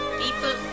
people